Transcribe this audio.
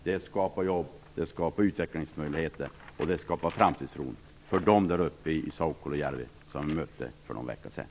Det skapar jobb, utvecklingsmöjligheter och framtidstro för dem som vi mötte uppe i Soukolojärvi för någon vecka sedan.